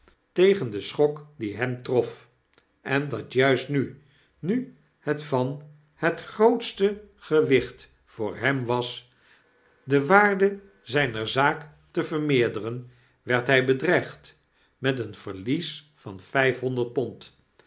tegen den schok die hem trof en dat juist nu nu het van hetgrootste geen uitweg gewicht voor hem was de waarde zijner zaak te vermeerderen werd hg bedreigd met een verlies van vijfhonderd pond